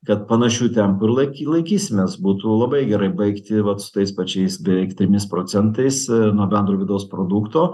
kad panašiu tempu ir laik laikysimės būtų labai gerai baigti vat su tais pačiais beveik trimis procentais nuo bendro vidaus produkto